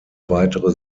weitere